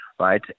Right